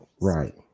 right